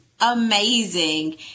amazing